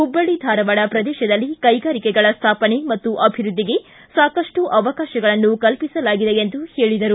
ಹುಬ್ಬಳ್ಳಿ ಧಾರವಾಡ ಪ್ರದೇಶದಲ್ಲಿ ಕೈಗಾರಿಕೆಗಳ ಸ್ಥಾಪನೆ ಮತ್ತು ಅಭಿವೃದ್ಧಿಗೆ ಸಾಕಷ್ಟು ಅವಕಾಶಗಳನ್ನು ಕಲ್ಪಿಸಲಾಗಿದೆ ಎಂದು ಹೇಳಿದರು